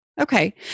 Okay